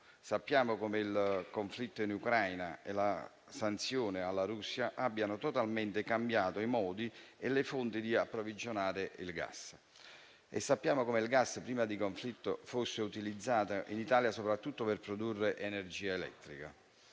Sappiamo come il conflitto in Ucraina e le sanzioni alla Russia abbiano totalmente cambiato i modi e le fonti di approvvigionare il gas e sappiamo come il gas, prima del conflitto, fosse utilizzato in Italia soprattutto per produrre energia elettrica.